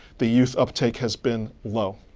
the youth uptake has been low.